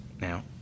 Now